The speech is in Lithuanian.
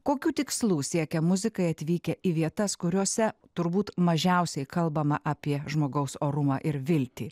kokių tikslų siekia muzikai atvykę į vietas kuriose turbūt mažiausiai kalbama apie žmogaus orumą ir viltį